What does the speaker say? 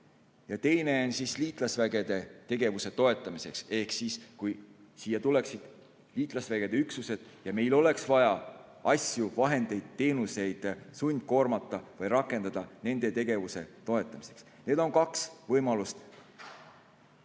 Ja teine on liitlasüksuste tegevuse toetamiseks: kui siia tuleksid liitlasvägede üksused ja meil oleks vaja asju, vahendeid, teenuseid sundkoormata või rakendada nende tegevuse toetamiseks. Need on kaks võimalust,